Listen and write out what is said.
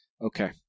Okay